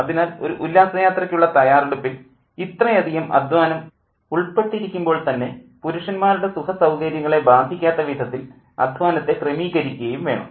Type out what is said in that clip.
അതിനാൽ ഒരു ഉല്ലാസ യാത്രയ്ക്കുള്ള തയ്യാറെടുപ്പിൽ ഇത്രയധികം അദ്ധ്വാനം ഉൾപ്പെട്ടിരിക്കുമ്പോൾ തന്നെ പുരുഷന്മാരുടെ സുഖസൌകര്യങ്ങളെ ബാധിക്കാത്ത വിധത്തിൽ അദ്ധ്വാനത്തെ ക്രമീകരിക്കുകയും വേണം